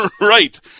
right